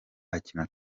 akina